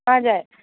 हजुर